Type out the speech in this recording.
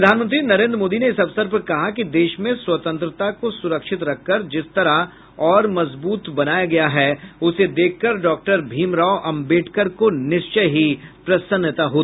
प्रधानमंत्री नरेन्द्र मोदी ने इस अवसर पर कहा कि देश में स्वतंत्रता को सुरक्षित रखकर जिस तरह और मजबूत बनाया गया है उसे देखकर डॉक्टर भीमराव अम्बेडकर को निश्चय ही प्रसन्नता होती